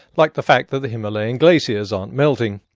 like the fact that the himalayan glaciers aren't melting?